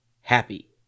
happy